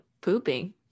pooping